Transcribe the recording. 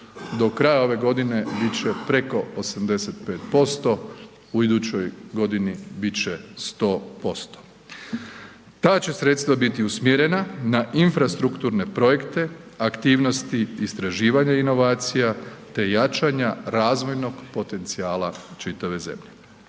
do kraja ove godine bit će preko 85% u idućoj godini bit će 100%. Ta će sredstva biti usmjerena na infrastrukturne projekte, aktivnosti istraživanja inovacija te jačanja razvojnog potencijala čitave zemlje.